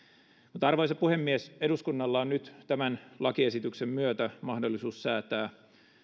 mutta arvoisa puhemies eduskunnalla on nyt tämän lakiesityksen myötä mahdollisuus säätää